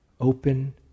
open